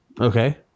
Okay